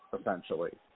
essentially